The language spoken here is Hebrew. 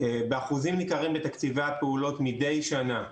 באחוזים ניכרים בתקציבי הפעולות מידי שנה,